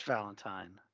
Valentine